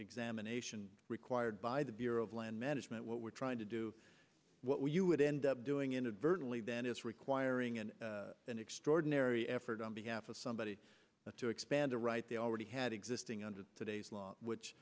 examination required by the bureau of land management what we're trying to do what you would end up doing inadvertently that is requiring an an extraordinary effort on behalf of somebody to expand a right they already had existing under today's law which